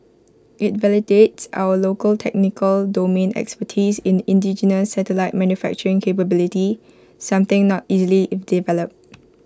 IT validates our local technical domain expertise in indigenous satellite manufacturing capability something not easily developed